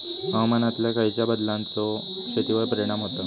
हवामानातल्या खयच्या बदलांचो शेतीवर परिणाम होता?